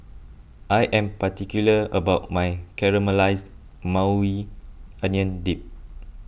I am particular about my Caramelized Maui Onion Dip